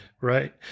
Right